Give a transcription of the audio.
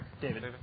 David